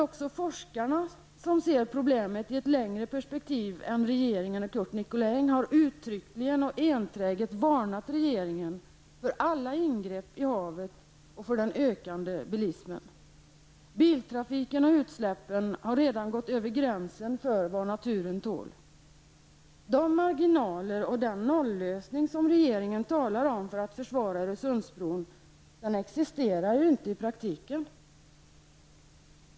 Även forskarna, som ser problemen i ett längre perspektiv än regeringen och Curt Nicolin, har uttryckligen och enträget varnat regeringen för alla ingrepp i havet och för den ökande bilismen. Biltrafiken och utsläppen har redan gått över gränsen för vad naturen tål. De marginaler och den nollösning som regeringen talar om för att försvara Öresundsbron existerar inte i praktiken.